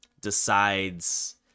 decides